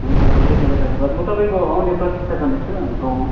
हुन्छ धेरै धेरै धन्यवाद म तपाईँको आउने प्रतिक्षा गर्नेछु हाम्रो गाउँमा